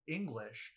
English